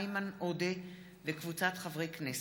איימן עודה וקבוצת חברי הכנסת,